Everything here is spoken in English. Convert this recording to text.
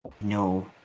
no